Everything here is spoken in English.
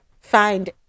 find